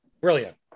brilliant